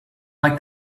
like